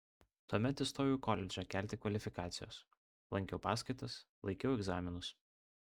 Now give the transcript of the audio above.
tuomet įstojau į koledžą kelti kvalifikacijos lankiau paskaitas laikiau egzaminus